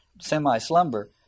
semi-slumber